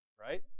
right